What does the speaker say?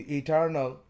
eternal